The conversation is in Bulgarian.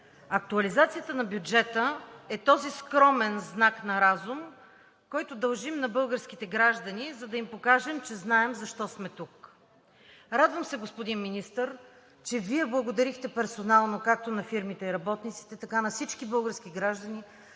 Актуализацията на бюджета е този скромен знак на разум, който дължим на българските граждани, за да им покажем, че знаем защо сме тук. Радвам се, господин Министър, че Вие благодарихте персонално както на фирмите и работниците, така и на всички български граждани,